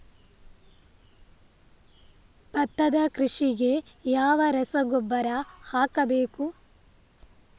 ಭತ್ತದ ಕೃಷಿಗೆ ಯಾವ ರಸಗೊಬ್ಬರ ಹಾಕಬೇಕು?